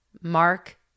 Mark